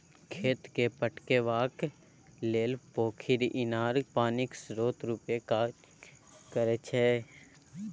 खेत केँ पटेबाक लेल पोखरि, इनार पानिक स्रोत रुपे काज करै छै